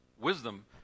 wisdom